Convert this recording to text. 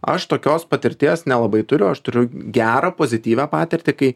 aš tokios patirties nelabai turiu aš turiu gerą pozityvią patirtį kai